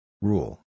Rule